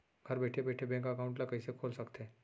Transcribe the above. घर बइठे बइठे बैंक एकाउंट ल कइसे खोल सकथे?